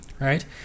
right